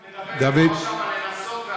אני רק מדבר פה עכשיו על לנסות,